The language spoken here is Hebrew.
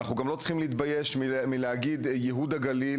אנחנו גם לא צריכים להתבייש להגיד ׳יהוד הגליל׳